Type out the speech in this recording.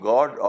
God